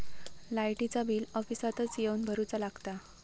लाईटाचा बिल ऑफिसातच येवन भरुचा लागता?